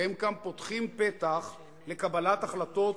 והם גם פותחים פתח לקבלת החלטות